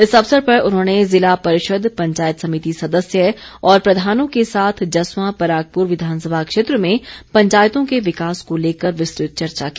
इस अवसर पर उन्होंने जिला परिषद पंचायत समिति सदस्य और प्रधानों के साथ जसयां परागपुर विधानसभा क्षेत्र में पंचायतों के विकास को लेकर विस्तृत चर्चा की